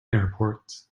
airports